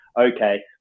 okay